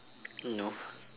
no